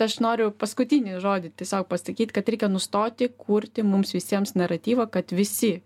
aš noriu paskutinį žodį tiesiog pasakyt kad reikia nustoti kurti mums visiems naratyvą kad visi